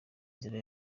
inzira